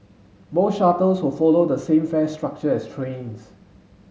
both shuttles will follow the same fare structure as trains